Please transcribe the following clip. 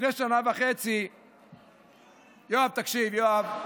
לפני שנה וחצי, יואב, תקשיב, יואב.